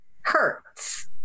hurts